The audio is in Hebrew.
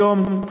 היום,